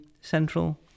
central